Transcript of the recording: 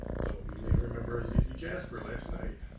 some of you may remember azizi jasper last night.